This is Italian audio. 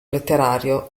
letterario